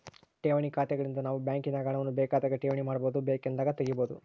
ಠೇವಣಿ ಖಾತೆಗಳಿಂದ ನಾವು ಬ್ಯಾಂಕಿನಾಗ ಹಣವನ್ನು ಬೇಕಾದಾಗ ಠೇವಣಿ ಮಾಡಬಹುದು, ಬೇಕೆಂದಾಗ ತೆಗೆಯಬಹುದು